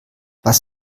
was